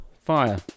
fire